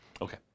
Okay